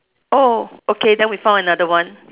oh okay then we found another one